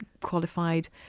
qualified